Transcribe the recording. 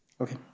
Okay